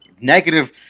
negative